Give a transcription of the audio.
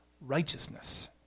righteousness